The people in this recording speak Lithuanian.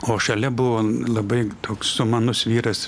o šalia buvo labai toks sumanus vyras